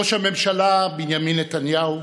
ראש הממשלה בנימין נתניהו,